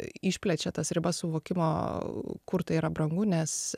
išplečia tas ribas suvokimo kur tai yra brangu nes